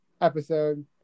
episode